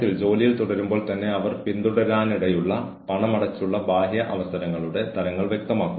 ഇടയ്ക്കിടെയും ഉടനടിയും ഉള്ള ഇടപെടലുകളോടെ തുടർച്ചയായ ഫീഡ്ബാക്ക് കീഴുദ്യോഗസ്ഥർക്ക് നൽകൽ